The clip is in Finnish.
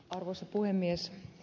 arvoisa puhemies